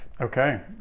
Okay